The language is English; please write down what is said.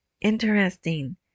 interesting